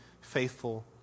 Faithful